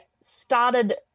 started